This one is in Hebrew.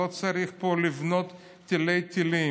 לא צריך פה לבנות תילי-תילים.